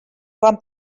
quan